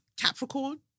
Capricorn